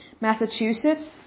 Massachusetts